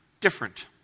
different